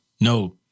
No